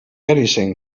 anything